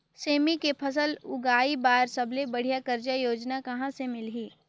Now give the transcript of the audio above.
सेमी के फसल उगाई बार सबले बढ़िया कर्जा योजना कहा ले मिलही?